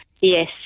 Yes